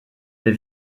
les